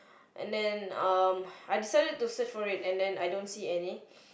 and then um I decided to search for it and then I don't see any